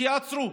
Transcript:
וייעצרו.